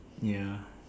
ya